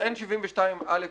אין 72א רבתי,